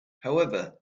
however